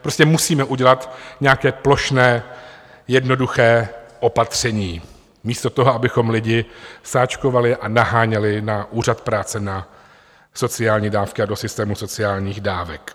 Prostě musíme udělat nějaké plošné jednoduché opatření místo toho, abychom lidi sáčkovali a naháněli na Úřad práce na sociální dávky a do systému sociálních dávek.